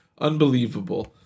Unbelievable